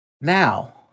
Now